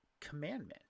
commandment